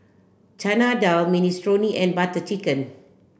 Chana Dal Minestrone and Butter Chicken